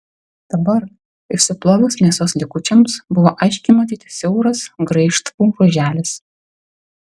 dabar išsiplovus mėsos likučiams buvo aiškiai matyti siauras graižtvų ruoželis